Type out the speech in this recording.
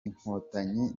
inkotanyi